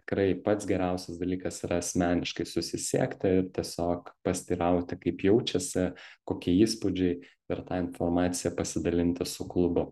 tikrai pats geriausias dalykas yra asmeniškai susisiekti ir tiesiog pasiteirauti kaip jaučiasi kokie įspūdžiai ir tą informaciją pasidalinti su klubu